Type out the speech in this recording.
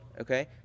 Okay